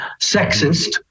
sexist